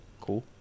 cool